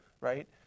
right